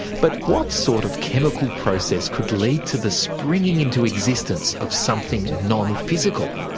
but what sort of chemical process could lead to the springing into existence of something non-physical?